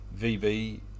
VB